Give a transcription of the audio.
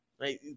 right